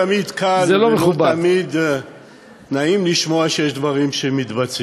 זה לא תמיד קל ולא תמיד נעים לשמוע שיש דברים שמתבצעים.